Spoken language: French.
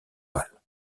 pâle